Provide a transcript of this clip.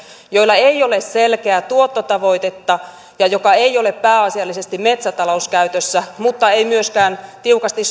joilla ei ole selkeää tuottotavoitetta ja jotka eivät ole pääasiallisesti metsätalouskäytössä mutta eivät myöskään tiukasti